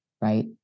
right